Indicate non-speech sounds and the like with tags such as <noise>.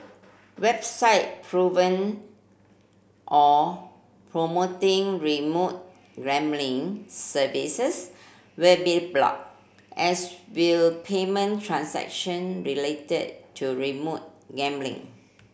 website <unintelligible> or promoting remote gambling services will be blocked as will payment transaction related to remote gambling